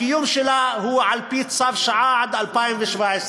הקיום שלה, על-פי צו שעה, הוא עד 2017,